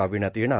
राबविण्यात येणार